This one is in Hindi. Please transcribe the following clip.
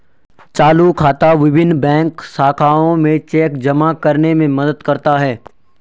चालू खाता विभिन्न बैंक शाखाओं में चेक जमा करने में मदद करता है